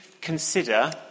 consider